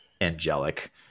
angelic